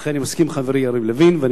לכן אני מסכים עם חברי יריב לוין ואני